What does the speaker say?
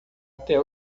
até